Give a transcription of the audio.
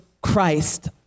Christ